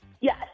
Yes